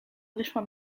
wyszła